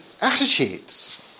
attitudes